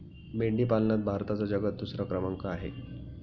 मेंढी पालनात भारताचा जगात दुसरा क्रमांक आहे